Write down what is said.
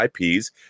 IPs